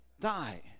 die